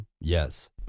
Yes